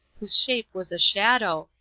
whose shape was a shadow,